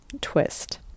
twist